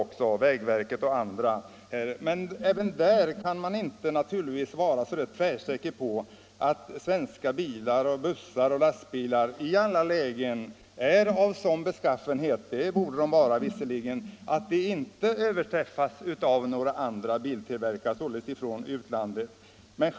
Inte heller där kan man vara så tvärsäker på att svenska bilar, bussar och lastbilar i alla sammanhang är av sådan beskaffenhet — det borde de visserligen vara — att de inte överträffas av bilar tillverkade i utlandet.